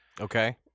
Okay